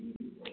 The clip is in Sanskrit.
ह्म्